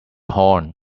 horn